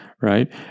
right